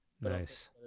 nice